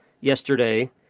yesterday